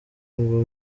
ngo